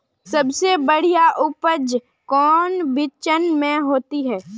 सबसे बढ़िया उपज कौन बिचन में होते?